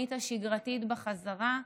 היום-יומית השגרתית בחזרה.